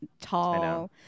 tall